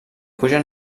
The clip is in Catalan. puja